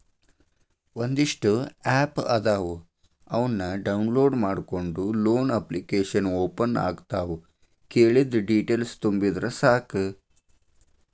ಒಂದಿಷ್ಟ ಆಪ್ ಅದಾವ ಅವನ್ನ ಡೌನ್ಲೋಡ್ ಮಾಡ್ಕೊಂಡ ಲೋನ ಅಪ್ಲಿಕೇಶನ್ ಓಪನ್ ಆಗತಾವ ಕೇಳಿದ್ದ ಡೇಟೇಲ್ಸ್ ತುಂಬಿದರ ಸಾಕ